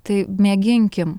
tai mėginkim